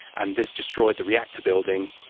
and this destroyed the reactor building,